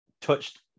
touched